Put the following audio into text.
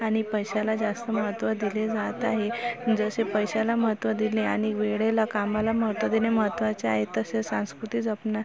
आणि पैशाला जास्त महत्त्व दिले जात आहे जसे पैशाला महत्त्व दिले आणि वेळेला कामाला महत्त्व देणे महत्त्वाचे आहे तसे संस्कृती जपण्या